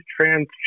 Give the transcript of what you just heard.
trans